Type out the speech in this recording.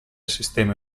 sistemi